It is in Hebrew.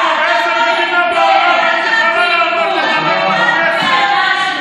זאת מדינה יהודית לערבים ומדינה דמוקרטית ליהודים.